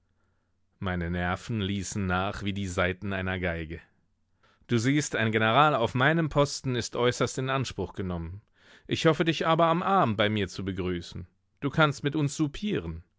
meine nerven ließen nach wie die saiten einer geige du siehst ein general auf meinem posten ist äußerst in anspruch genommen ich hoffe dich aber am abend bei mir zu begrüßen du kannst mit uns